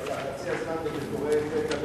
אתה חצי זמן בביקורי פתע בבתי-חולים,